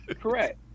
Correct